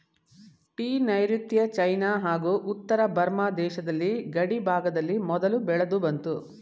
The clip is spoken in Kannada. ಟೀ ನೈರುತ್ಯ ಚೈನಾ ಹಾಗೂ ಉತ್ತರ ಬರ್ಮ ದೇಶದ ಗಡಿಭಾಗದಲ್ಲಿ ಮೊದಲು ಬೆಳೆದುಬಂತು